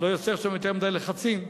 לא יוצר שם יותר מדי לחצים,